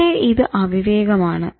പക്ഷെ ഇത് അവിവേകം ആണ്